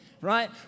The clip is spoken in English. right